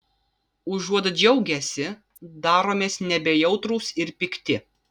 užuot džiaugęsi daromės nebejautrūs ir pikti